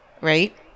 right